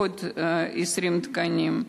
עוד 20 תקנים.